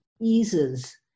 eases